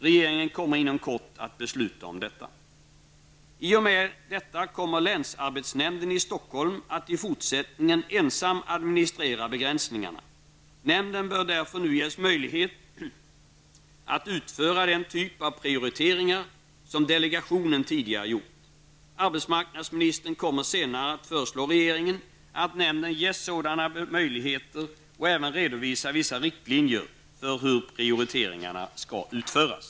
Regeringen kommer inom kort att besluta om detta. I och med detta kommer länsarbetsnämnden i Stockholms att i fortsättningen ensam administrera begränsningarna. Nämnden bör därför nu ges möjligheter att utföra den typ av prioriteringar som delegationen tidigare gjort. Arbetsmarknadsministern kommer senare att föreslå regeringen att nämnden ges sådana möjligheter och kommer även att redovisa vissa riktlinjer för hur prioriteringarna skall utföras.